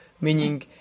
Meaning